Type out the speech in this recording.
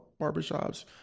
barbershops